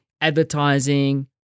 advertising